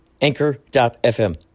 Anchor.fm